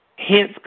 Hence